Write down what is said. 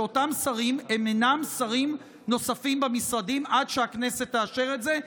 שאותם שרים הם אינם שרים נוספים במשרדים עד שהכנסת תאשר את זה,